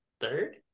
third